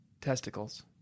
testicles